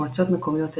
מועצות מקומיות אלו,